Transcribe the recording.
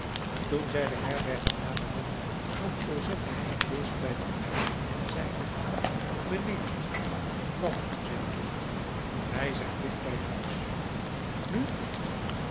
toen zij de herberg naderden nam cosette hem bedeesd bij den arm en zeide mijnheer wat mijn kind wij zijn dicht bij huis nu